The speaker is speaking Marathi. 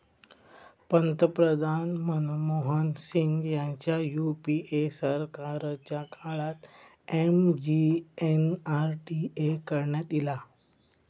पंतप्रधान मनमोहन सिंग ह्यांच्या यूपीए सरकारच्या काळात एम.जी.एन.आर.डी.ए करण्यात ईला